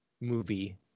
movie